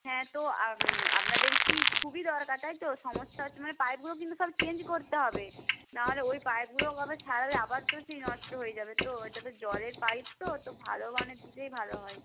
হ্যাঁ তো আপনাদের কি খুবই দরকার তাই তো সমস্যা হচ্ছে মানে পাইপগুলো কিন্তু সব চেঞ্জ করতে হবে না হলে ওই পাইপগুলো ওভাবে সারালে আবার তো সেই নষ্ট হয়ে যাবে তো ওইটা তো জলের পাইপ তো তো ভালো মানের দিলেই ভালো হয়